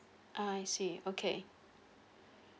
I see okay